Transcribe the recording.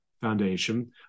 foundation